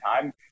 time